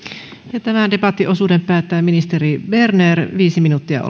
ja tämän debattiosuuden päättää ministeri berner viisi minuuttia